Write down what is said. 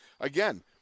again